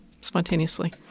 spontaneously